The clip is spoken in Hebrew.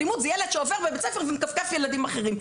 אלימות זה ילד שעובר בבית ספר ומכפכף ילדים אחרים,